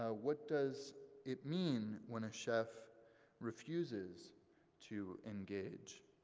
ah what does it mean when a chef refuses to engage,